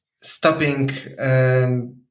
stopping